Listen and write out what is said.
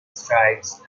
strikes